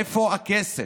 איפה הכסף?